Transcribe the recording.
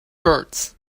hurts